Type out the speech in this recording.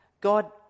God